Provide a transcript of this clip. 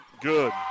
good